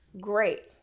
Great